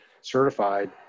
certified